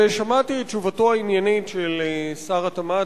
ושמעתי את תשובתו העניינית של שר התמ"ת,